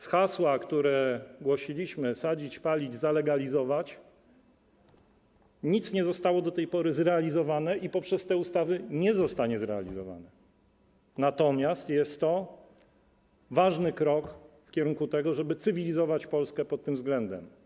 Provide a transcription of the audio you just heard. Z hasła, które głosiliśmy: sadzić, palić, zalegalizować, nic nie zostało do tej pory zrealizowane i poprzez te ustawy nie zostanie zrealizowane, natomiast jest to ważny krok w kierunku tego, żeby cywilizować Polskę pod tym względem.